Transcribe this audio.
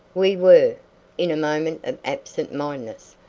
we were in a moment of absent mindedness.